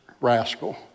rascal